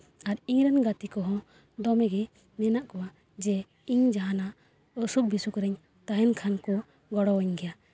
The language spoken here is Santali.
ᱟᱨ ᱤᱧ ᱨᱮᱱ ᱜᱟᱛᱮ ᱠᱚ ᱫᱚᱢᱮᱜᱮ ᱢᱮᱱᱟᱜᱼᱟ ᱡᱮ ᱤᱧ ᱡᱟᱦᱟᱱᱟᱜ ᱚᱥᱩᱠᱼᱵᱤᱥᱩᱠᱷ ᱨᱤᱧ ᱛᱟᱦᱮᱱ ᱠᱷᱟᱱ ᱠᱚ ᱜᱚᱲᱚ ᱟᱹᱧᱟ